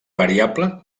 variable